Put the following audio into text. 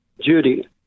Judy